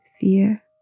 fear